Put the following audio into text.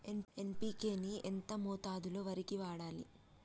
NPK ని ఎంత మోతాదులో వరికి వాడాలి?